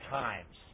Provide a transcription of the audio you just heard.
times